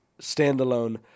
standalone